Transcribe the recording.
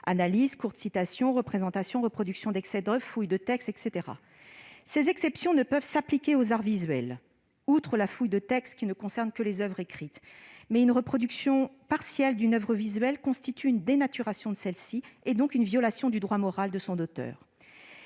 analyses, courtes citations, représentations, reproductions d'extraits d'oeuvres, fouilles de textes, etc. Ces exceptions ne peuvent s'appliquer aux arts visuels. Outre la fouille de textes, qui ne concernent que les oeuvres écrites, la reproduction partielle d'une oeuvre visuelle constitue une dénaturation de celle-ci et, donc, une violation du droit moral de son auteur.